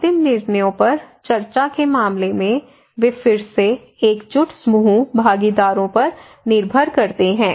अंतिम निर्णयों पर चर्चा के मामले में वे फिर से एकजुट समूह भागीदारों पर निर्भर करते हैं